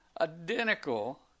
Identical